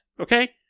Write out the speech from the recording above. okay